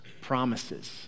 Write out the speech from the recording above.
promises